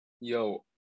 yo